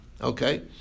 Okay